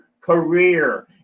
career